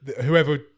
whoever